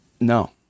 No